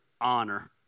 honor